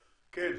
כן.